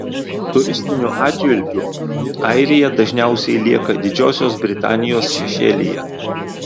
turistiniu atžvilgiu airija dažniausiai lieka didžiosios britanijos šešėlyje